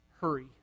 hurry